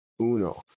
Uno